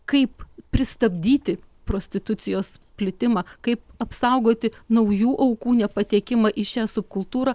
kaip pristabdyti prostitucijos plitimą kaip apsaugoti naujų aukų nepatekimą į šią subkultūrą